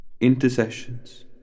Intercessions